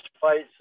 Fights